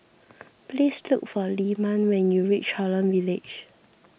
please look for Lyman when you reach Holland Village